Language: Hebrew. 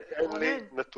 אכן אין לי נתונים.